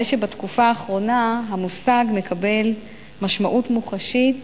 הרי שבתקופה האחרונה המושג מקבל משמעות מוחשית